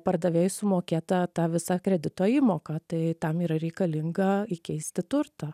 pardavėjui sumokėtą tą visą kredito įmoką tai tam yra reikalinga įkeisti turtą